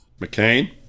McCain